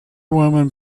women